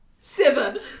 Seven